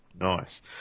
Nice